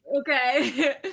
okay